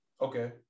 Okay